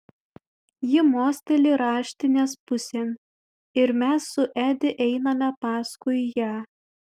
ji mosteli raštinės pusėn ir mes su edi einame paskui ją